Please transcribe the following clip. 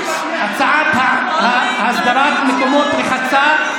הסדרת מקומות רחצה,